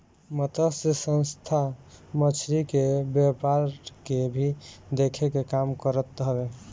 मतस्य संस्था मछरी के व्यापार के भी देखे के काम करत हवे